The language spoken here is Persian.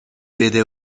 بده